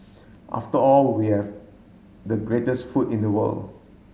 after all we have the greatest food in the world